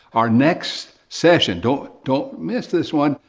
our next session, don't don't miss this one,